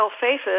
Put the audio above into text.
faces